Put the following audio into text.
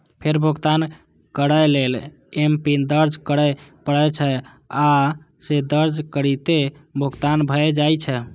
फेर भुगतान करै लेल एमपिन दर्ज करय पड़ै छै, आ से दर्ज करिते भुगतान भए जाइ छै